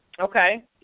Okay